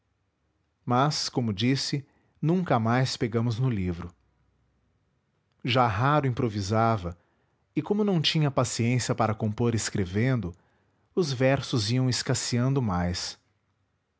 mas como disse nunca mais pegamos no livro já raro improvisava e como não tinha paciência para compor escrevendo os versos iam escasseando mais